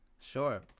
Sure